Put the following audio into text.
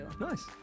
Nice